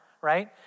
right